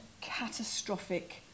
catastrophic